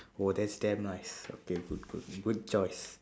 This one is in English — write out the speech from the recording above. oh that's damn nice okay good good good choice